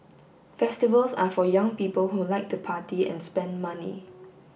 festivals are for young people who like to party and spend money